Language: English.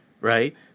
right